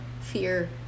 fear